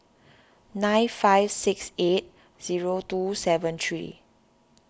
nine five six eight two seven three